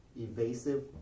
evasive